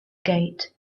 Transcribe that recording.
gate